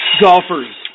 Golfers